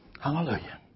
Hallelujah